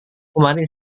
kemarin